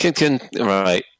right